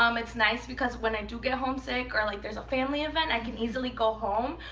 um it's nice because, when i do get homesick or like there's a family event, i can easily go home.